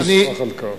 אני אשמח על כך.